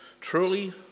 truly